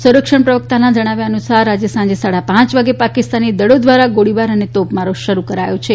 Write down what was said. સંરક્ષણ પ્રવકતાના જણાવ્યા અનુસાર આજે સાંજે સાડા પાંચ વાગે પાકિસ્તાની દળો ધ્વારા ગોળીબાર અને તોપમારો શરૂ કરાયો છે